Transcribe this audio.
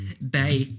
Bye